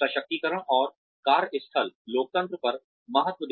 सशक्तिकरण और कार्य स्थल लोकतंत्र पर महत्त्व देता है